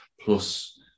Plus